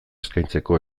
eskaintzeko